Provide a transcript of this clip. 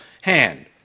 hand